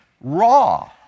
raw